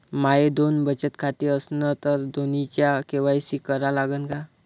माये दोन बचत खाते असन तर दोन्हीचा के.वाय.सी करा लागन का?